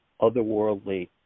otherworldly